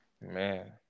Man